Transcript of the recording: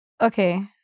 Okay